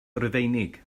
rufeinig